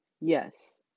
Yes